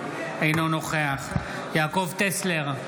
אינו נוכח יעקב טסלר,